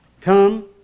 Come